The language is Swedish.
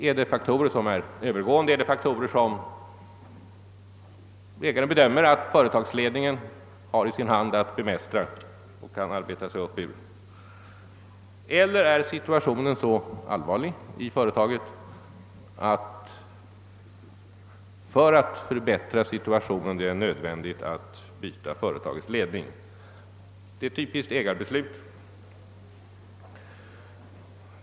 är det fråga om övergående besvärligheter som företagsledningen har i sin hand att bemästra och alltså kan arbeta sig upp ur, eller är situationen i företaget så allvarlig att det är nödvändigt att exempelvis byta företagets ledning? Detta är ett typiskt ägarbeslut.